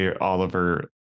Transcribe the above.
Oliver